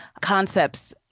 concepts